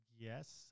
Yes